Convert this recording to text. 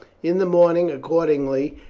in the morning, accordingly,